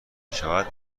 میشود